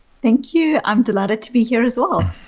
thank you. i'm delighted to be here as well.